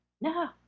No